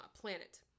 planet